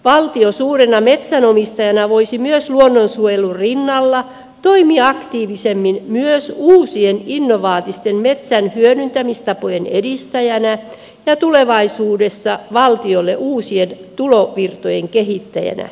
valtio suurena metsänomistajana voisi luonnonsuojelun rinnalla toimia aktiivisemmin myös uusien innovatiivisten metsän hyödyntämistapojen edistäjänä ja tulevaisuudessa valtiolle uusien tulovirtojen kehittäjänä